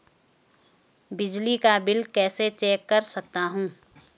बिजली का बिल कैसे चेक कर सकता हूँ?